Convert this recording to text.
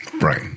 Right